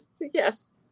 Yes